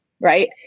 Right